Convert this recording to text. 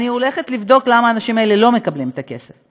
אני הולכת לבדוק למה האנשים האלה לא מקבלים את הכסף.